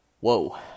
whoa